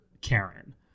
Karen